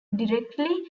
directly